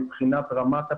מבחינת רמת הפיקוח,